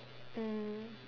mm